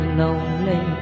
lonely